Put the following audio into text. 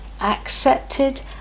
accepted